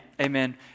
Amen